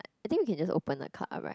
I think we can just open the card up right